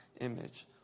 image